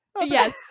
yes